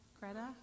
Greta